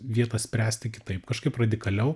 vietą spręsti kitaip kažkaip radikaliau